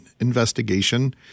investigation